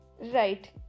Right